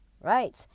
Right